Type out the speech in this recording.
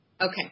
Okay